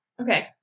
Okay